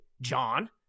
John